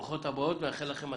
ברוכות הבאות, נאחל לכן הצלחה.